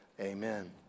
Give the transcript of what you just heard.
amen